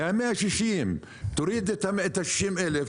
מה-160,000 תוריד את ה-60,000,